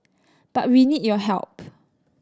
but we need your help